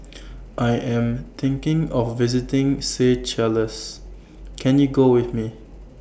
I Am thinking of visiting Seychelles Can YOU Go with Me